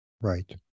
Right